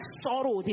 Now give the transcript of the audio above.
sorrow